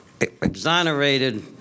exonerated